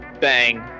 bang